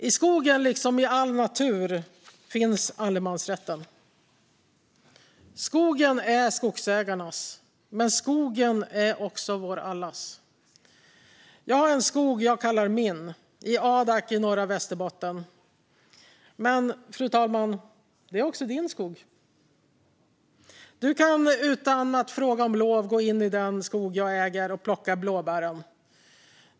I skogen, liksom i all natur, finns allemansrätten. Skogen är skogsägarnas, men skogen är också vår allas. Jag har en skog som jag kallar min, i Adak i Norra Västerbotten. Men, fru talman, det är också din skog. Du kan utan att fråga om lov gå in i den skog jag äger och plocka blåbären.